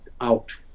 out